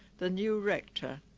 the new rector